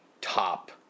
top